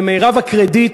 ומרב הקרדיט,